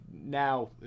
now